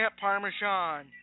parmesan